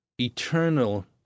eternal